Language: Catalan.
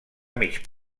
mig